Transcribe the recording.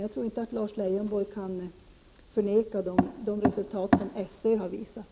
Jag tror inte att Lars Leijonborg kan förneka de resultat som SÖ har visat.